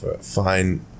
fine